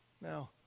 Now